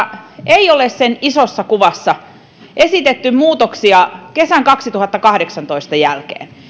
ei ole sen isossa kuvassa esitetty muutoksia kesän kaksituhattakahdeksantoista jälkeen